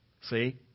See